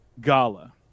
Gala